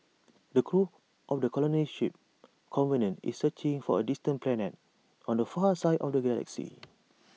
the crew of the colony ship covenant is searching for A distant planet on the far side of the galaxy